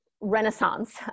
renaissance